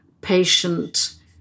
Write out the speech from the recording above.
patient